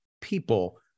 people